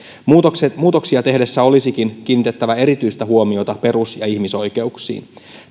muutoksia tehdessä olisikin kiinnitettävä erityistä huomiota perus ja ihmisoikeuksiin